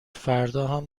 فرداهم